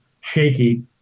shaky